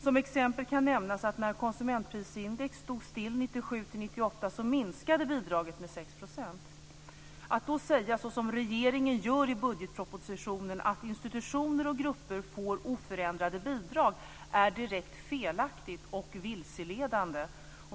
Som exempel kan nämnas att bidraget minskade med 6 % när konsumentprisindex stod stilla 1997-1998. Att då säga, som regeringen gör i budgetpropositionen, att institutioner och grupper får oförändrade bidrag är direkt felaktigt och vilseledande.